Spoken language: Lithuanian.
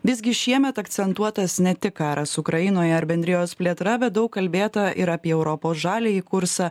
visgi šiemet akcentuotas ne tik karas ukrainoje ar bendrijos plėtra bet daug kalbėta ir apie europos žaliąjį kursą